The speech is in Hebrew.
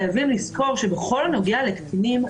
חייבים לזכור שבכל הנוגע לקטינים,